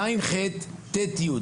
ז׳-ח׳ ו-ט׳-׳׳,